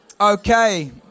Okay